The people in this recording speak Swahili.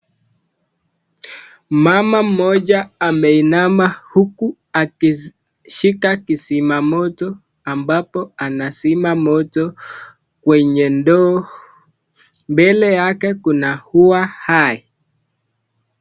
Mama mmoja ameinama huku akishika kizima moto ambapo akizima moto kwenye ndoo. Mbele yake kuna ua hai.